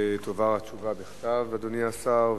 התשובה תועבר בכתב, אדוני השר.